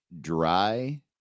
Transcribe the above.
dry